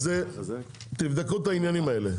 אז תבדקו את העניינים האלה.